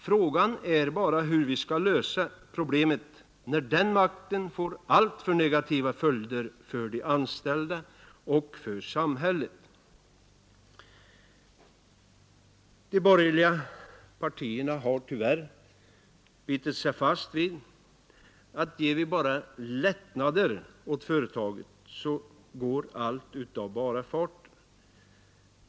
Frågan är bara hur vi skall lösa problemet, när den makten får alltför negativa följder för de anställda och för samhället. De borgerliga partierna har tyvärr bitit sig fast vid att ger vi bara lättnader åt företagen så går allt av bara farten.